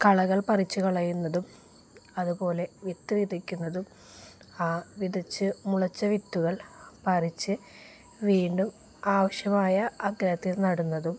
കളകൾ പറിച്ചുകളയുന്നതും അതുപോലെ വിത്ത് വിതയ്ക്കുന്നതും ആ വിതച്ച് മുളച്ച വിത്തുകൾ പറിച്ച് വീണ്ടും ആവശ്യമായ അകലത്തിൽ നടുന്നതും